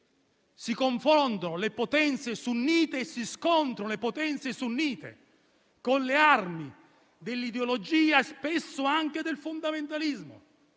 si confrontano e si scontrano le potenze sunnite con le armi dell'ideologia e spesso anche del fondamentalismo.